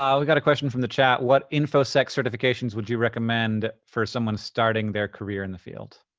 um we've got a question from the chat. what info sec certifications would you recommend for someone starting their career in the field?